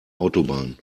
autobahn